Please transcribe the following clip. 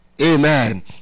Amen